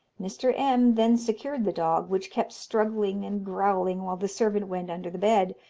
mr. m. then secured the dog, which kept struggling and growling while the servant went under the bed,